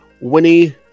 Winnie